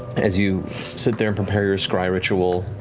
as you sit there and prepare your scry ritual,